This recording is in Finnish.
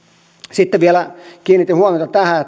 sitten vielä kiinnitin huomiota tähän